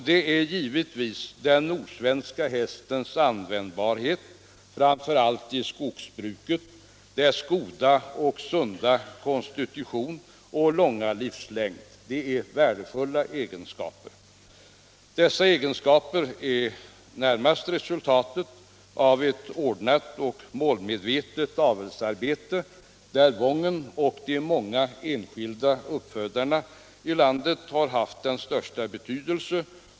Det är givetvis den nordsvenska hästens användbarhet, framför allt i skogsbruket, dess goda och sunda konstitution och långa livslängd. Det är värdefulla egenskaper. Dessa egenskaper är närmast resultatet av ett ordnat och målmedvetet avelsarbete, där Wången och de många enskilda uppfödarna i landet haft den största betydelse.